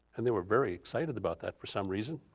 and they were very excited about that for some reason,